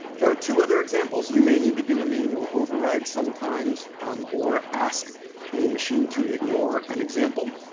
there are two other examples. you may need to do a manual override sometimes um or ask a machine to ignore an example.